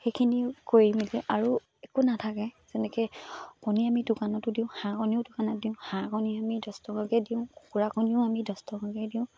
সেইখিনিও কৰি মেলি আৰু একো নাথাকে যেনেকৈ কণী আমি দোকানতো দিওঁ হাঁহ কণীও দোকানত দিওঁ হাঁহ কণী আমি দহ টকাকৈ দিওঁ কুকুৰা কণীও আমি দহ টকাকৈয়ে দিওঁ